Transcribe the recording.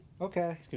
Okay